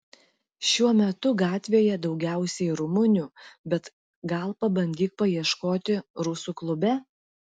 šiuo metu gatvėje daugiausiai rumunių bet gal pabandyk paieškoti rusų klube